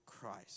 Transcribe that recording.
Christ